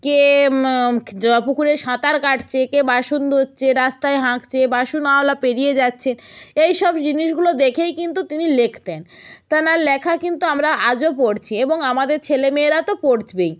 কে পুকুরে সাঁতার কাটছে কে বাসন ধুচ্ছে রাস্তায় হাঁকছে বাসনওয়ালা পেরিয়ে যাচ্ছেন এইসব জিনিসগুলো দেখেই কিন্তু তিনি লিখতেন তেনার লেখা কিন্তু আমরা আজও পড়ছি এবং আমাদের ছেলে মেয়েরা তো পড়বেই